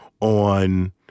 on